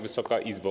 Wysoka Izbo!